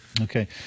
Okay